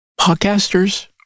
Podcasters